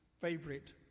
favorite